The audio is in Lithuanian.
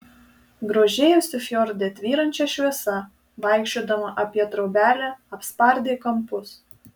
grožėjosi fjorde tvyrančia šviesa vaikščiodama apie trobelę apspardė kampus